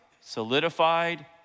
solidified